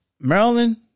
Maryland